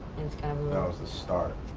that was the start.